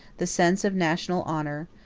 the sense of national honor,